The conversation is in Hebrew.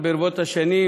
רבותי,